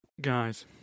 guys